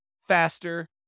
faster